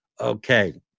Okay